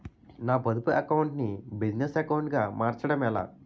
నా పొదుపు అకౌంట్ నీ బిజినెస్ అకౌంట్ గా మార్చడం ఎలా?